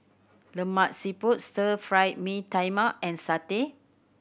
Lemak Siput Stir Fry Mee Tai Mak and satay